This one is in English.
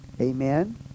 amen